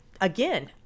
again